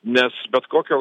nes bet kokio